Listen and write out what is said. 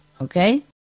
okay